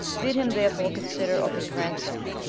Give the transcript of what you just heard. bid him therefore consider of his ransome,